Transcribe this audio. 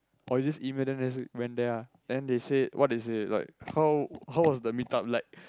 oh you just email them and then say went there ah then they say what they say like how how was the meet up like